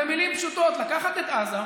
במילים פשוטות: לקחת את עזה,